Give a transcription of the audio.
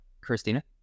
Christina